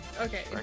Okay